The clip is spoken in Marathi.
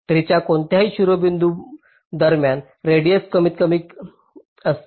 ट्रीच्या कोणत्याही शिरोबिंदू दरम्यान रेडिएस कमीतकमी कमी असते